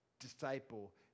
Disciple